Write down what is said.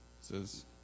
says